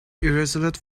irresolute